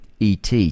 ET